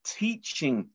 teaching